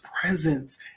presence